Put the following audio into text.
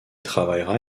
travaillera